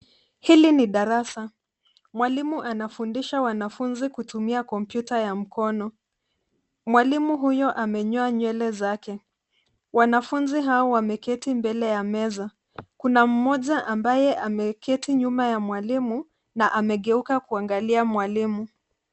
Hili ni darasa. Mwalimu anafundisha wanafunzi kutumia kompyuta ya mkono. Mwalimu huyo amenyoa nywele zake. Wanafunzi hao wameketi mbele ya meza. Kuna mmoja ambaye ameketi nyuma ya mwalimu na amegeuka kuangalia mwalimu.